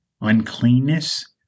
uncleanness